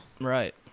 Right